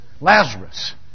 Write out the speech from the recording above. Lazarus